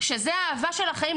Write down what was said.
שזה האהבה של החיים,